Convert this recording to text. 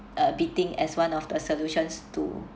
uh beating as one of the solutions to